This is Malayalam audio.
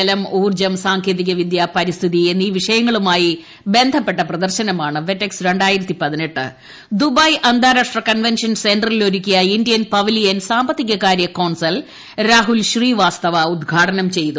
ജലം ഉൌർജ്ജം സാങ്കേതികവിദ്യ പരിസ്ഥിതി എന്നീ വിഷയങ്ങളുമായി ബന്ധപ്പെട്ട പ്രദർശനമാണ് വെറ്റെക്സ് അന്താരാഷ്ട്ര കൺവെൻഷൻ സെന്ററിൽ ഒരുക്കിയ ഇന്ത്യൻ പവലിയൻ സാമ്പത്തികകാര്യ കോൺസൽ രാഹുൽ ശ്രീവാസ്തവ ഉദ്ഘാടനം ചെയ്തു